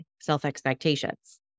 self-expectations